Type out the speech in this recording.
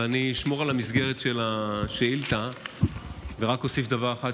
אבל אני אשמור על המסגרת של השאילתה ורק אוסיף דבר אחד,